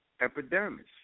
epidermis